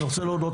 אני רוצה להודות